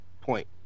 point